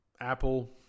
Apple